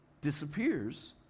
disappears